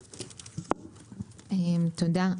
תודה.